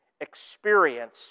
experience